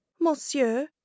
monsieur